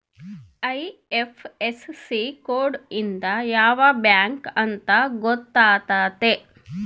IFSC code ಇಂದ ಯಾವ bank ಅಂತ ಗೊತ್ತಾತತೆ